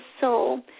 soul